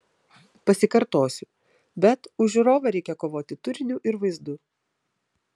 pasikartosiu bet už žiūrovą reikia kovoti turiniu ir vaizdu